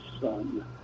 Son